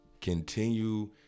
Continue